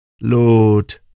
Lord